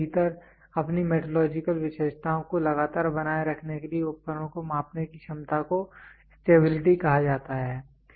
समय के भीतर अपनी मेट्रोलॉजिकल विशेषताओं को लगातार बनाए रखने के लिए उपकरण को मापने की क्षमता को स्टेबिलिटी कहा जाता है